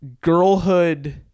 girlhood